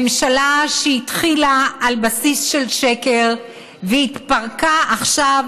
ממשלה שהתחילה על בסיס של שקר והתפרקה עכשיו